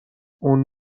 اون